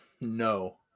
No